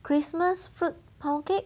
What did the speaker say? christmas fruit pound cake